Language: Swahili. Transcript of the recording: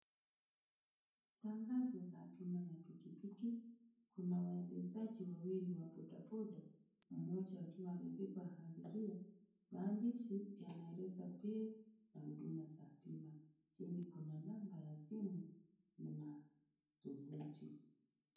Tangazo la bima ya piki piki. Kuna waendeshaji wawili wa boda boda, mmoja akiwa amebeba abiria. Maandishi yanaeleza bei na huduma za bima. Chini kuna namba ya simu na tuvuti.